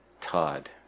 Todd